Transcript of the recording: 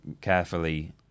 carefully